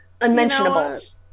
Unmentionables